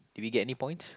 did we get any points